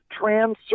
trans